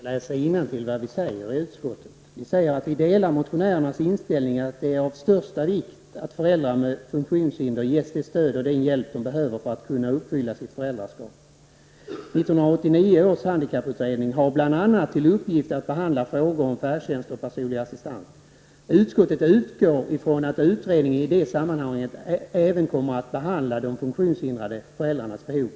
Herr talman! Det är bara att läsa innantill vad utskottet säger. ''Utskottet delar motionärernas inställning att det är av största vikt att föräldrar med funktionshinder ges det stöd och den hjälp de behöver för att kunna uppfylla sitt föräldraskap. 1989 års handikapputredning har bl.a. till uppgift att behandla frågor om färdtjänst och personlig assistans. Utskottet utgår ifrån att utredningen i det sammanhanget även kommer att behandla de funktionshindrade föräldrarnas behov.''